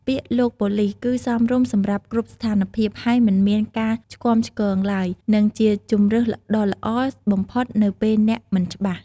ពាក្យ "លោកប៉ូលិស" គឺសមរម្យសម្រាប់គ្រប់ស្ថានភាព ហើយមិនមានការឆ្គាំឆ្គងឡើយ និងជាជម្រើសដ៏ល្អបំផុតនៅពេលអ្នកមិនច្បាស់។